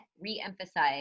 re-emphasize